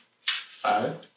Five